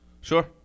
sure